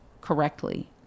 correctly